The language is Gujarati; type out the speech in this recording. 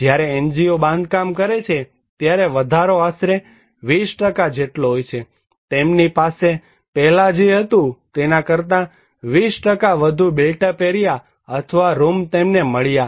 જ્યારે NGO બાંધકામ કરે છે ત્યારે વધારો આશરે 20 જેટલો હોય છેતેમની પાસે પહેલા જે હતું તેના કરતાં 20 વધુ બિલ્ટ અપ એરિયા અથવા રૂમ તેમને મળ્યા